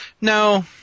No